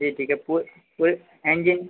जी ठीक है पूरे एंजिन